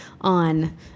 on